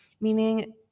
meaning